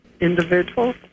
individuals